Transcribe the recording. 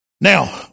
Now